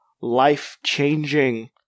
life-changing